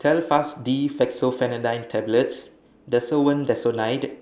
Telfast D Fexofenadine Tablets Desowen Desonide